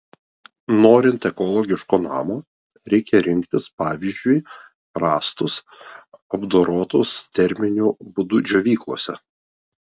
norint ekologiško namo reikia rinktis pavyzdžiui rąstus apdorotus terminiu būdu džiovyklose